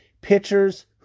Pitchers